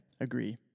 Agree